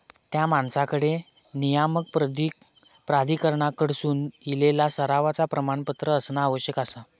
त्या माणसाकडे नियामक प्राधिकरणाकडसून इलेला सरावाचा प्रमाणपत्र असणा आवश्यक आसा